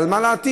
אבל מה לעתיד?